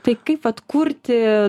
tai kaip vat kurti